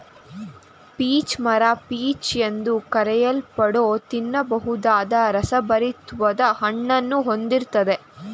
peach ಮರ peach ಎಂದು ಕರೆಯಲ್ಪಡೋ ತಿನ್ನಬಹುದಾದ ರಸಭರಿತ್ವಾದ ಹಣ್ಣನ್ನು ಹೊಂದಿರ್ತದೆ